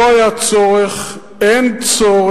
לא היה צורך, אין צורך,